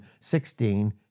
16